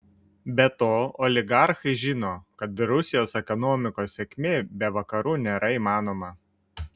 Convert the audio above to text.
be to oligarchai žino kad rusijos ekonomikos sėkmė be vakarų nėra įmanoma